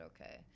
okay